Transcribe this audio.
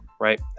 right